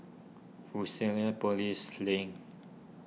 Fusionopolis Link